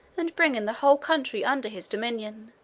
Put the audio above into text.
and bringing the whole country under his dominion,